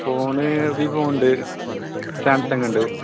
phone Vivo ഉണ്ട് Samsung ഉണ്ട്